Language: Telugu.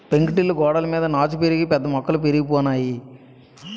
పెంకుటిల్లు గోడలమీద నాచు పెరిగి పెద్ద మొక్కలు పెరిగిపోనాయి